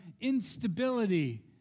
instability